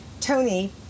Tony